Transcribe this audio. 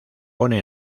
pone